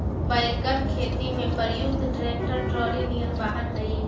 wagon खेती में प्रयुक्त ट्रैक्टर ट्रॉली निअन वाहन हई